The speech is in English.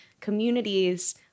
communities